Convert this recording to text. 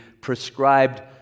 prescribed